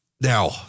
Now